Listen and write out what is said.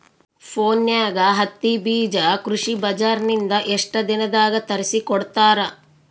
ಫೋನ್ಯಾಗ ಹತ್ತಿ ಬೀಜಾ ಕೃಷಿ ಬಜಾರ ನಿಂದ ಎಷ್ಟ ದಿನದಾಗ ತರಸಿಕೋಡತಾರ?